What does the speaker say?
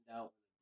out